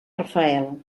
rafael